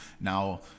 now